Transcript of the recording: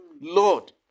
Lord